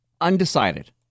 undecided